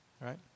right